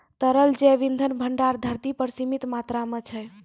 तरल जैव इंधन भंडार धरती पर सीमित मात्रा म छै